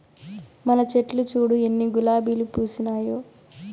మన చెట్లు చూడు ఎన్ని గులాబీలు పూసినాయో